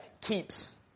keeps